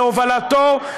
בהובלתו,